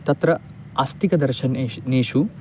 तत्र आस्तिकदर्शनेषु नेषु